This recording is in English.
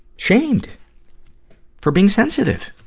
shamed for being sensitive.